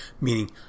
Meaning